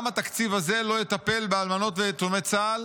גם התקציב הזה לא יטפל באלמנות ויתומי צה"ל.